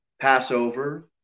Passover